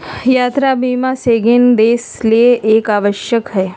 यात्रा बीमा शेंगेन देश ले एक आवश्यक हइ